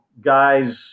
guys